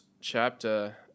chapter